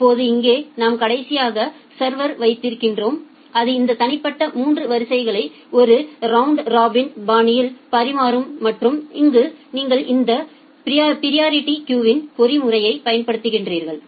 இப்போது இங்கே நாம் கடைசியாக சர்வர் வைத்திருக்கிறோம் அது இந்த தனிப்பட்ட 3 வரிசைகளை ஒரு ரவுண்ட் ராபின் பாணியில் பரிமாறும் மற்றும் அங்கு நீங்கள் இந்த பிரியரிட்டி கியூவிங் பொறிமுறையைப் பயன்படுத்துகிறீர்கள்